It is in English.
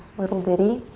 little ditty.